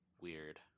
weird